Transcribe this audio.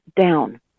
down